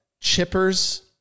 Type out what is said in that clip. chippers